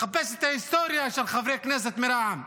לחפש את ההיסטוריה של חברי כנסת מרע"מ.